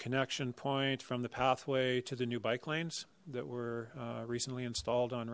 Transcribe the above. connection point from the pathway to the new bike lanes that were recently installed on